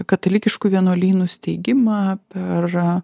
katalikiškų vienuolynų steigimą per